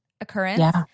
occurrence